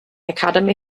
academy